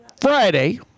Friday